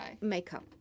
Makeup